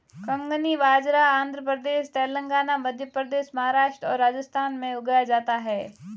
कंगनी बाजरा आंध्र प्रदेश, तेलंगाना, मध्य प्रदेश, महाराष्ट्र और राजस्थान में उगाया जाता है